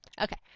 Okay